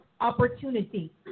opportunity